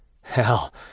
Hell